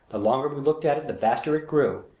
the longer we looked at it the vaster it grew,